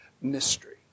mystery